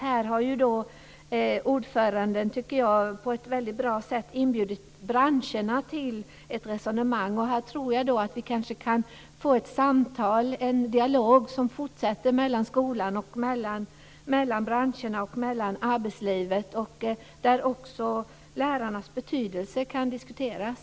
Här har ordföranden på ett väldigt bra sätt inbjudit branscherna till ett resonemang. Vi kan kanske få ett samtal och en dialog som fortsätter mellan skolan, branscherna och arbetslivet där också lärarnas betydelse kan diskuteras.